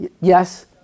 Yes